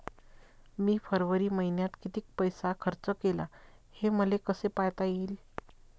मी फरवरी मईन्यात कितीक पैसा खर्च केला, हे मले कसे पायता येईल?